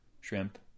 shrimp